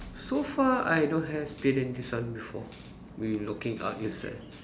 so far I don't have experience this one before looking out